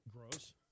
gross